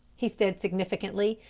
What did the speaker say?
he said significantly.